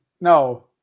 No